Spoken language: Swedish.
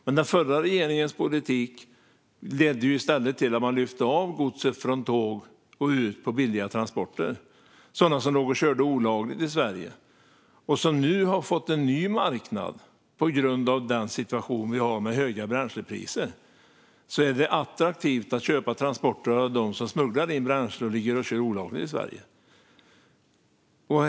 Men den förra regeringens politik ledde i stället till att man lyfte av godset från tåg och ut på billiga transporter. Det var sådana som låg och körde olagligt i Sverige. De har nu fått en ny marknad på grund av den situation vi har med höga bränslepriser. Det är attraktivt att köpa transporter av dem som smugglar in bränsle och ligger och kör olagligt i Sverige.